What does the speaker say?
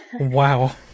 wow